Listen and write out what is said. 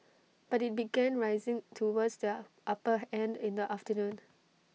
but IT began rising towards the upper end in the afternoon